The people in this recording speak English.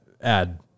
add